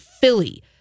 Philly